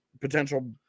potential